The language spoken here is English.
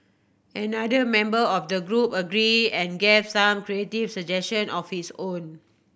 another member of the group agree and gave some creative suggestion of his own